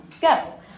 go